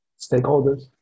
stakeholders